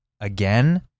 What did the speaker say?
again